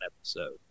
episode